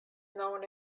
known